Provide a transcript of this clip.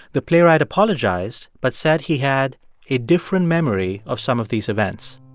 the playwright apologized but said he had a different memory of some of these events.